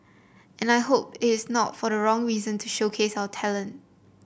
and I hope it is not for the wrong reason to showcase our talent